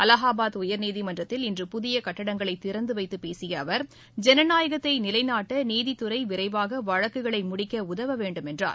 அலகாபாத் உயர்நீதிமன்றத்தில் இன்று புதிய கட்டடங்களை திறந்துவைத்துப் பேசிய அவர் ஜனநாயகத்தை நிலைநாட்ட நீதித்துறை விரைவாக வழக்குகளை முடிக்க உதவ வேண்டும் என்றார்